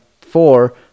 four